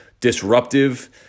disruptive